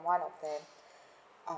I am one of them